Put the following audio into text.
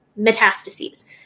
metastases